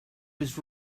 his